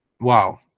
Wow